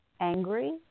angry